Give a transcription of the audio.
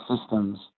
systems